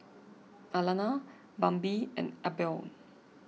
Alana Bambi and Albion